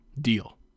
Deal